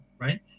Right